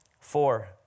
Four